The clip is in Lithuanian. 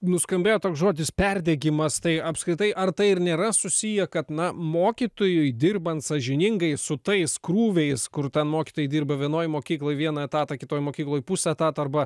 nuskambėjo toks žodis perdegimas tai apskritai ar tai ir nėra susiję kad na mokytojui dirbant sąžiningai su tais krūviais kur ten mokytojai dirba vienoj mokykloj vieną etatą kitoj mokykloj puse etato arba